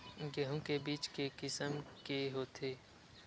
गेहूं के बीज के किसम के होथे?